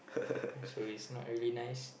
so it's not really nice